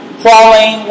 crawling